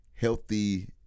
healthy